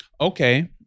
Okay